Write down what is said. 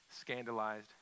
scandalized